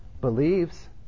believes